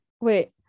Wait